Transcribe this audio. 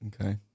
okay